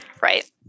Right